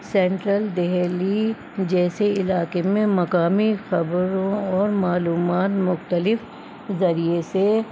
central Delhi جیسے علاقے میں مقامی خبروں اور معلومات مختلف ذریعے سے